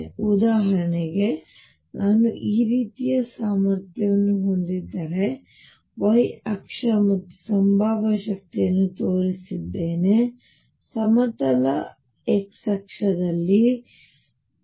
ಆದ್ದರಿಂದ ಉದಾಹರಣೆಗೆ ನಾನು ಈ ರೀತಿಯ ಸಾಮರ್ಥ್ಯವನ್ನು ಹೊಂದಿದ್ದರೆ ಅಲ್ಲಿ ನಾನು y ಅಕ್ಷ ಮತ್ತು ಸಂಭಾವ್ಯ ಶಕ್ತಿಯನ್ನು ತೋರಿಸಿದ್ದೇನೆ ಸ್ಪಷ್ಟವಾಗಿ ಸಮತಲ ಅಕ್ಷದಲ್ಲಿ x